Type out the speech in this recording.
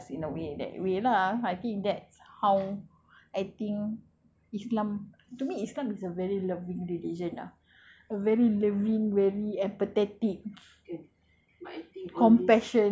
so allah is fair like that allah love us in a way that way lah I think that's how I think islam to me islam is a very loving religion ah a very loving very empathetic